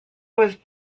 was